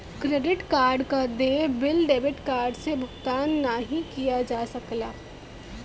credit card क देय bill debit card से भुगतान नाहीं किया जा सकला